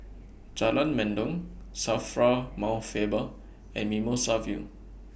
Jalan Mendong SAFRA Mount Faber and Mimosa View